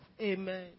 Amen